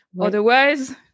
Otherwise